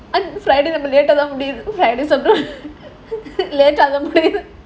uh friday முடியுது:mudiyuthu friday later